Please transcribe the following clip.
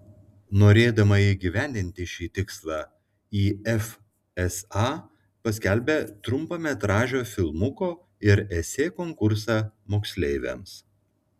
norėdama įgyvendinti šį tikslą if sa paskelbė trumpametražio filmuko ir esė konkursą moksleiviams